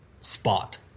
spot